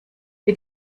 wir